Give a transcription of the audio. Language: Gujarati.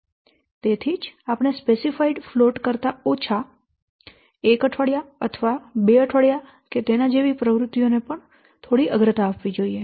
તેથી જ આપણે સ્પેસિફાઇડ ફ્લોટ કરતા ઓછા એક અઠવાડિયા અથવા બે અઠવાડિયા કે તેના જેવી પ્રવૃત્તિઓને પણ થોડી અગ્રતા આપવી જોઈએ